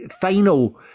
final